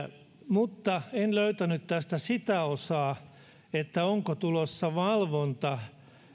mutta en löytänyt tästä sitä että onko tulossa valvonta